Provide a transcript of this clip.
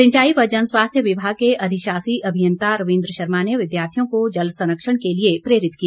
सिंचाई व जन स्वास्थ्य विभाग के अधिशाषी अभियांता रविन्द्र शर्मा ने विद्यार्थियों को जल संरक्षण के लिए प्रेरित किया